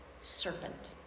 serpent